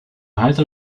halter